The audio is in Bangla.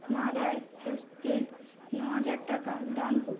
মাদার হেজপকে ন হাজার টাকা দান করুন